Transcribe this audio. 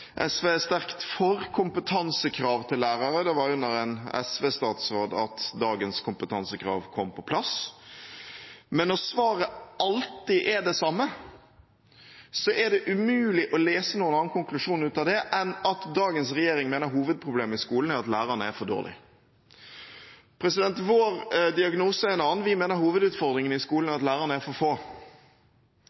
SV er sterkt for kompetansekrav til lærere, det var under en SV-statsråd at dagens kompetansekrav kom på plass. Men når svaret alltid er det samme, er det umulig å lese noen annen konklusjon ut av det enn at dagens regjering mener at hovedproblemet i skolen er at lærerne er for dårlige. Vår diagnose er en annen: Vi mener at hovedutfordringen i skolen er at lærerne er for få.